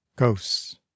Ghosts